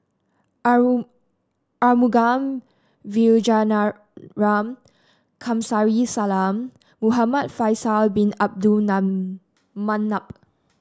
Arumugam Vijiaratnam Kamsari Salam Muhamad Faisal Bin Abdul Manap